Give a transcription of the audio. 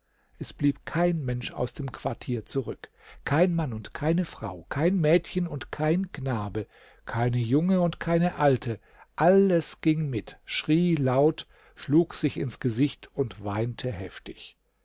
es blieb kein mensch aus dem quartier zurück kein mann und keine frau kein mädchen und kein knabe keine junge und keine alte alles ging mit schrie laut schlug sich ins gesicht und weinte heftig